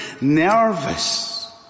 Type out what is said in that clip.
nervous